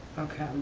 okay,